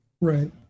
Right